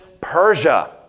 Persia